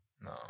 No